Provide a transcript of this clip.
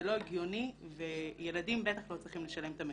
זה לא הגיוני וילדים בטח לא צריכים לשלם את המחיר.